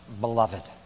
beloved